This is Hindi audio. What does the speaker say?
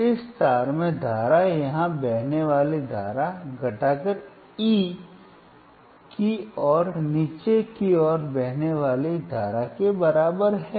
इस तार में धारा यहाँ बहने वाली धारा घटाकर E की ओर नीचे की ओर बहने वाली धारा के बराबर है